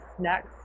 next